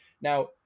Now